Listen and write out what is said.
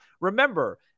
Remember